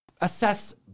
assess